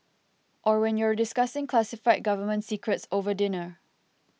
or when you're discussing classified government secrets over dinner